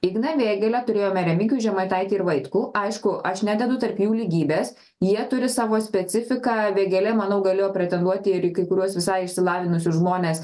igną vėgėlę turėjome remigijų žemaitaitį ir vaitkų aišku aš nededu tarp jų lygybės jie turi savo specifiką vėgėlė manau galėjo pretenduoti ir į kai kuriuos visai išsilavinusius žmones